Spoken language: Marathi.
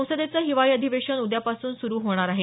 संसदेचं हिवाळी अधिवेशन उद्यापासून सुरु होणार आहे